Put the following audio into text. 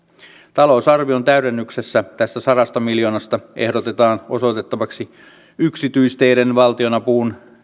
talousarvion täydennyksessä tästä sadasta miljoonasta ehdotetaan osoitettavaksi yksityisteiden valtion apuun